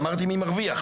אמרתי מי מרוויח,